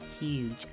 huge